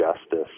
justice